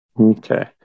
okay